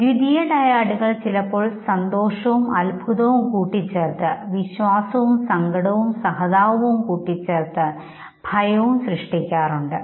ദ്വിതീയ ഡയാഡുകൾ ചിലപ്പോൾ സന്തോഷവുംഅൽഭുതവും കൂട്ടിച്ചേർത്ത് വിശ്വാസവും സങ്കടവും സഹതാപവും കൂട്ടിച്ചേർത്ത് ഭയവും സൃഷ്ടിക്കാറുണ്ട്